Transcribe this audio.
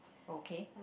okay